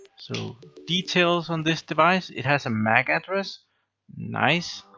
so details on this device, it has a mac address nice.